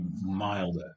milder